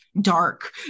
dark